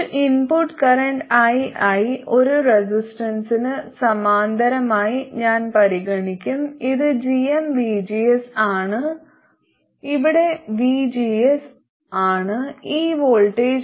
ഒരു input current ii ഒരു റെസിസ്റ്റൻസിന് സമാന്തരമായി ഞാൻ പരിഗണിക്കും ഇത് gmvgs ആണ് ഇവിടെ vgs ആണ് ഈ വോൾട്ടേജ്